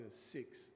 six